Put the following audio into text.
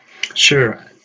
Sure